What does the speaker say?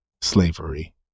slavery